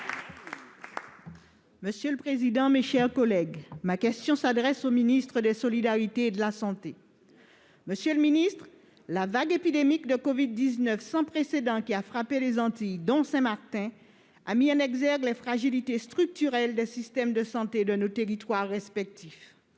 pour le groupe Les Républicains. Ma question s'adresse à M. le ministre des solidarités et de la santé. Monsieur le ministre, la vague épidémique sans précédent de covid-19 qui a frappé les Antilles, dont Saint-Martin, a mis en exergue les fragilités structurelles des systèmes de santé de nos territoires respectifs.